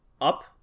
up